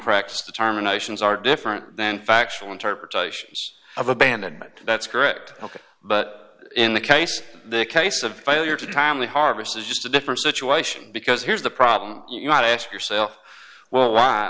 practice determinations are different than factual interpretations of abandonment that's correct ok but in the case the case of failure to timely harvest is just a different situation because here's the problem you might ask yourself well why